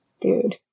Dude